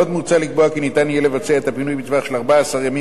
עוד מוצע לקבוע כי ניתן יהיה לבצע את הפינוי בטווח של 14 ימים